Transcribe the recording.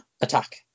attack